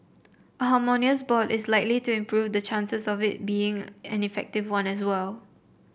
a harmonious board is likely to improve the chances of it being an effective one as well